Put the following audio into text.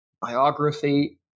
biography